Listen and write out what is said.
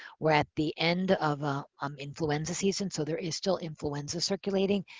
we're at the end of ah um influenza season, so there is still influenza circulating.